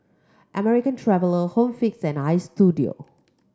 American Traveller Home Fix and Istudio